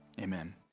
Amen